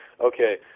okay